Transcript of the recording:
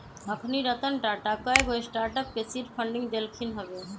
अखनी रतन टाटा कयगो स्टार्टअप के सीड फंडिंग देलखिन्ह हबे